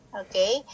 Okay